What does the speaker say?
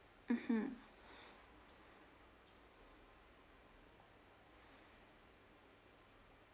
mmhmm